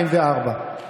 כמה פעמים בג"ץ ביטל חוקים?